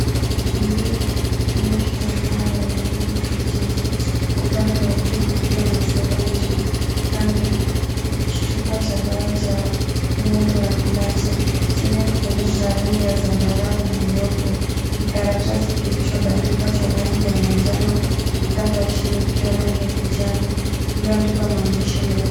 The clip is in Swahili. Mazingira yenye kitambaa ya rangi ya kijivu, upande wa juu kukiwa na serenge kando, kichupa cha dawa cha muundo wa glasi chenye kifuniko ya rangi ya zambarau na nyeupe, kikaratasi kilichobandikwa cha rangi ya manjano, upande wa chini ikiwa rangi ya kijani. Imeandikwa maandishi meupe.